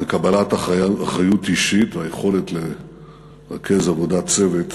וקבלת אחריות אישית, והיכולת לרכז עבודת צוות